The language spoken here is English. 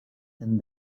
and